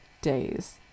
days